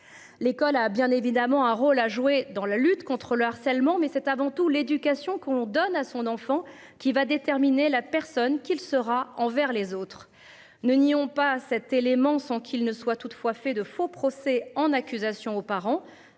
L'école a bien évidemment un rôle à jouer dans la lutte contre le harcèlement mais c'est avant tout l'éducation qu'on donne à son enfant qui va déterminer la personne qu'il sera envers les autres. Ne nions pas cet élément sans qu'il ne soit toutefois fait de faux procès en accusation aux parents